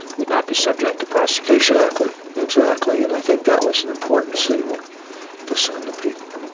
would not be subject to prosecute. exactly, exactly. and i think that was an important signal to send to people.